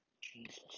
Jesus